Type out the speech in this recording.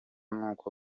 n’uko